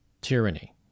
tyranny